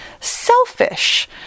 selfish